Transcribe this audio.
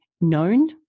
known